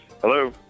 hello